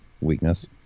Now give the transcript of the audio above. weakness